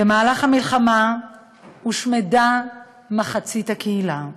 במהלך המלחמה הושמדה מחצית הקהילה,